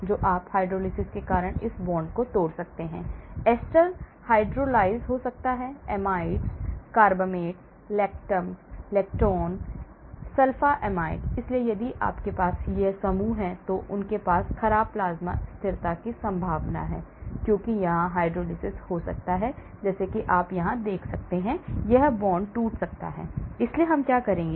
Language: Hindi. तो आप हाइड्रोलिसिस के कारण इस बंधन को तोड़ सकते हैं एस्टर हाइड्रोलाइज हो सकता है amides carbamates lactam lactone sulphonamide इसलिए यदि आपके पास ये समूह हैं तो उनके पास खराब प्लाज्मा स्थिरता की संभावना है क्योंकि यहां हाइड्रोलिसिस हो सकता है जैसा कि आप यहां देख सकते हैं यह bond टूट सकता है इसलिए हम क्या कर सकते हैं